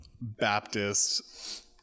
baptist